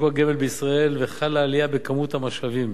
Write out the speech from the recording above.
הגמל בישראל וחלה עלייה בכמות המשאבים,